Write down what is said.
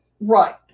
Right